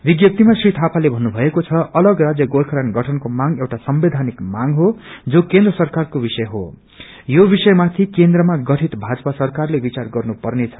विज्ञत्तीमा श्री थापाले भन्नुषएको द अलग राज्य गोर्खाल्यागठनको मांग एउटा संवैधानिक मांग हो जो केन्द्र सरकारको विषय हो यो विषयमाथि केन्द्रमा गठित भाजपा सरकारले विचार गर्नुपब्रेछ